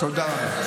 תודה רבה.